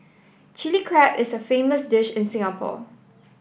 Chilli Crab is a famous dish in Singapore